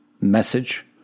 message